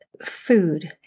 food